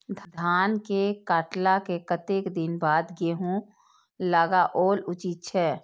धान के काटला के कतेक दिन बाद गैहूं लागाओल उचित छे?